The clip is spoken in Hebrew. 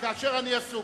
כאשר אני עסוק,